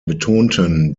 betonten